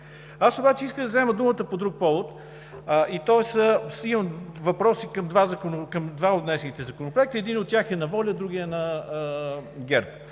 Аз обаче исках да взема думата по друг повод. Имам въпроси по два от внесените законопроекти – единият от тях е на ВОЛЯ, другият е на ГЕРБ.